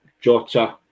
Jota